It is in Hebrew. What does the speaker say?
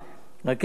רכזת הוועדה,